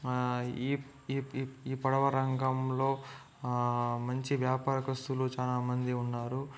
ఈ ఇ ఈ పడవ రంగంలో మంచి వ్యాపారగ్రస్తులు చాలా మంది ఉన్నారు